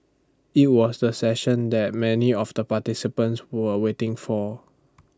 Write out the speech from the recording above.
IT was the session that many of the participants were waiting for